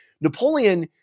Napoleon